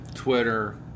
Twitter